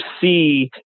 see